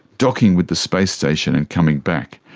docking with the space station and coming back.